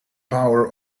power